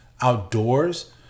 outdoors